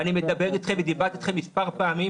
ואני מדבר אתכם ודיברתי מספר פעמים